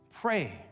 Pray